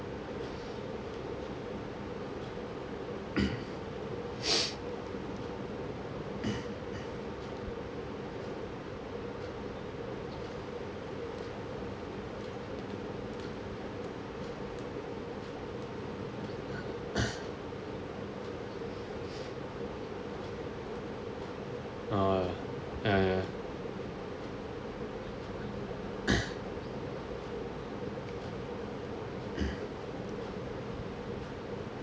ah ya ya